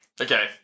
okay